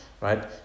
right